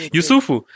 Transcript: Yusufu